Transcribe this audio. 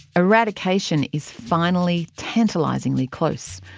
eradication is finally tantalisingly close.